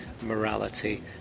morality